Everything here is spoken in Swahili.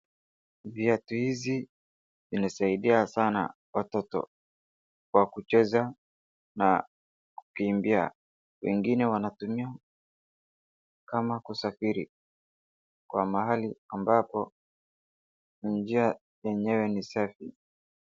Viatu hizi inasaidia sana watoto kwa kucheza na kukimbia. Wengine wanatumia kama kusafiri kwa mahali ambapo njia yenyewe ni safi.